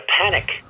panic